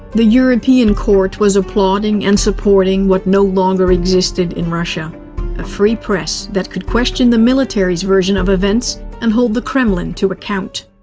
the european court was applauding and supporting what no longer existed in russia a free press that could question the military's versions of events and hold the kremlin to account.